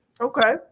Okay